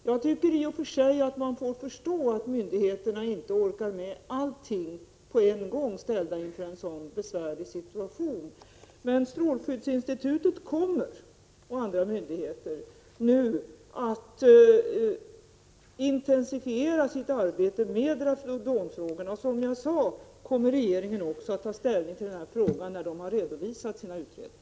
Jag tycker att man i och för sig får förstå att myndigheterna inte orkar med allting på en gång, ställda inför en sådan besvärlig situation. Men strålskydds de av kulturföremål som hotas av luftföroreningar institutet och andra myndigheter kommer nu att intensifiera sitt arbete med radonfrågorna. Som jag sade kommer regeringen att ta ställning till den här frågan när dessa myndigheter har redovisat resultatet av sina utredningar.